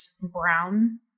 brown